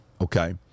Okay